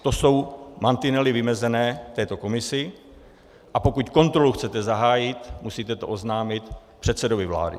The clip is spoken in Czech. To jsou mantinely vymezené této komisi, a pokud kontrolu chcete zahájit, musíte to oznámit předsedovi vlády.